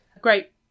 great